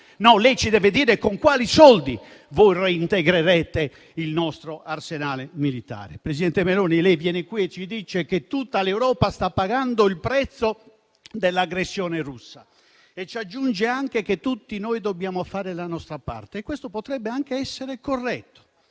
Lei deve dirci con quali soldi reintegrerete il nostro arsenale militare. Presidente Meloni, lei viene qui a dirci che tutta l'Europa sta pagando il prezzo dell'aggressione russa, aggiungendo anche che tutti noi dobbiamo fare la nostra parte: questo potrebbe anche essere corretto,